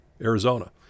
Arizona